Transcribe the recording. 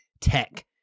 tech